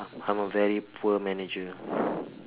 I'm a very poor manager